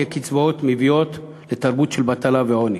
כי הקצבאות מביאות לתרבות של בטלה ועוני,